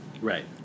Right